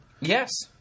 Yes